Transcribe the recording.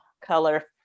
color